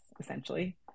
essentially